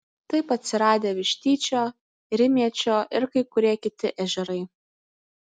taip atsiradę vištyčio rimiečio ir kai kurie kiti ežerai